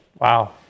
Wow